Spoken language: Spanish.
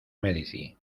medici